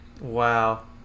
wow